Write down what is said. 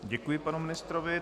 Děkuji panu ministrovi.